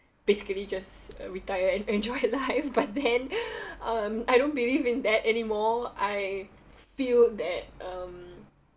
basically just uh retire and enjoy life but then um I don't believe in that anymore I feel that um